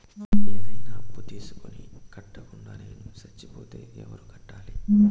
ఏదైనా అప్పు తీసుకొని కట్టకుండా నేను సచ్చిపోతే ఎవరు కట్టాలి?